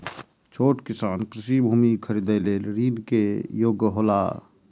छोट किसान कृषि भूमि खरीदे लेल ऋण के योग्य हौला?